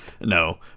No